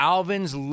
Alvin's